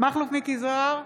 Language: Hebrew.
מכלוף מיקי זוהר,